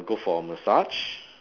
go for a massage